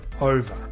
over